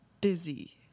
Busy